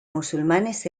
musulmanes